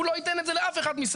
הוא לא ייתן את זה לאף אחד מסביב,